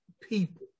people